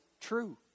true